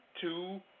two